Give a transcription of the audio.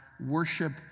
worship